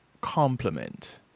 complement